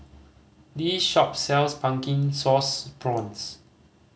this shop sells Pumpkin Sauce Prawns